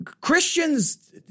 Christians